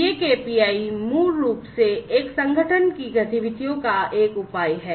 ये KPI मूल रूप से एक संगठन की गतिविधियों का एक उपाय है